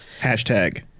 Hashtag